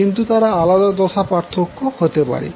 কিন্তু তারা আলাদা দশা পার্থক্য হতে পারে